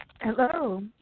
Hello